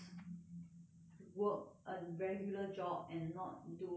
work a regular job and not do like business